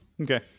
Okay